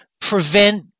prevent